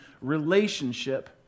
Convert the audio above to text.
relationship